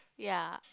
ya